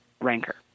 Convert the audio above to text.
rancor